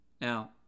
Now